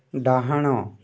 ଡାହାଣ